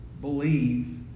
believe